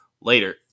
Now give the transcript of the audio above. Later